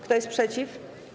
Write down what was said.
Kto jest przeciw?